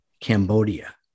Cambodia